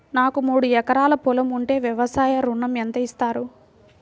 నాకు మూడు ఎకరాలు పొలం ఉంటే వ్యవసాయ ఋణం ఎంత ఇస్తారు?